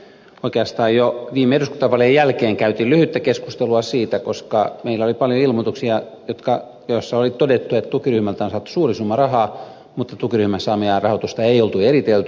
oikeastaan jo viime eduskuntavaalien jälkeen käytiin lyhyttä keskustelua siitä koska meillä oli paljon ilmoituksia joissa oli todettu että tukiryhmältä on saatu suuri summa rahaa mutta tukiryhmältä saatua rahoitusta ei ollut eritelty